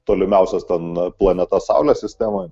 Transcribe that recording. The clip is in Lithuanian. tolimiausias ten planetas saulės sistemoj